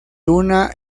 una